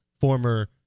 former